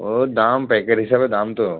ও দাম প্যাকেট হিসাবে দাম তো